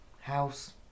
House